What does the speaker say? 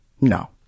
no